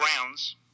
grounds